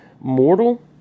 Mortal